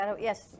yes